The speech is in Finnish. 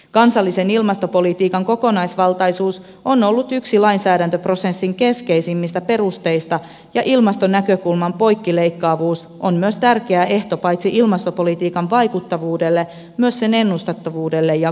kansallisen ilmastopolitiikan kokonaisvaltaisuus on ollut yksi lainsäädäntöprosessin keskeisimmistä perusteista ja ilmastonäkökulman poikkileikkaavuus on myös tärkeä ehto paitsi ilmastopolitiikan vaikuttavuudelle myös sen ennustettavuudelle ja kustannustehokkuudelle